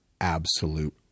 absolute